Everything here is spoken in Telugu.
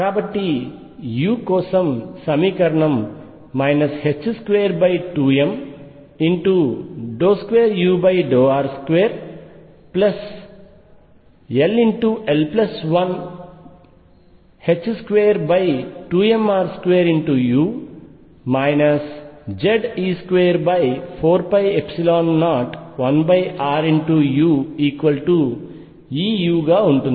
కాబట్టి u కోసం సమీకరణం 22md2udr2 ll122mr2u Ze24π01ruEu గా ఉంటుంది